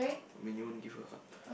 when you wanna give her up